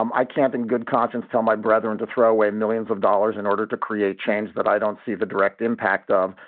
um i can't in good conscience tell my brother and to throw away millions of dollars in order to create change that i don't see the direct impact of.